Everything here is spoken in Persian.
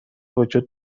وجود